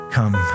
Come